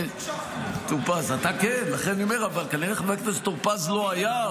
אני תמיד הקשבתי לך.